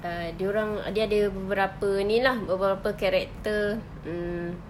err dia orang dia ada beberapa ini lah beberapa character mm